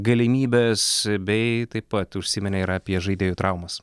galimybes bei taip pat užsiminė ir apie žaidėjų traumos